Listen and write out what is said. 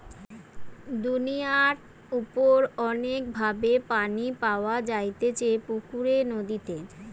দুনিয়ার উপর অনেক ভাবে পানি পাওয়া যাইতেছে পুকুরে, নদীতে